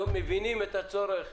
מבינים את הצורך.